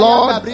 Lord